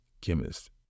chemist